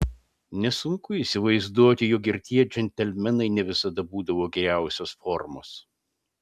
nesunku įsivaizduoti jog ir tie džentelmenai ne visada būdavo geriausios formos